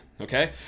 Okay